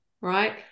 right